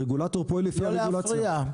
הרגולטור פועל לפי הרגולציה.